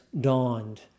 dawned